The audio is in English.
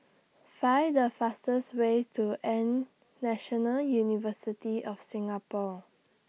Find The fastest Way to National University of Singapore